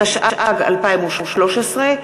התשע"ג 2013,